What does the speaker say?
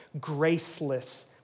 graceless